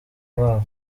babo